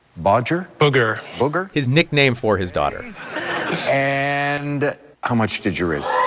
bodger? booger booger his nickname for his daughter and how much did you risk?